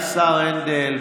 השר הנדל,